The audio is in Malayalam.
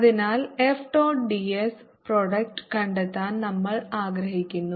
അതിനാൽ F ഡോട്ട് ds പ്രോഡക്റ്റ് കണ്ടെത്താൻ നമ്മൾ ആഗ്രഹിക്കുന്നു